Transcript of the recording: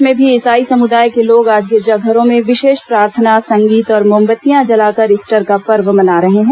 प्रदेश में भी ईसाई समुदाय के लोग आज गिरिजाघरों में विशेष प्रार्थना संगीत और मोमबत्तियां जलाकर ईस्टर का पर्व मना रहे हैं